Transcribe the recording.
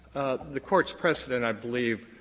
the court's precedent, i believe,